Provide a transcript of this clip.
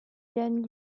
gagne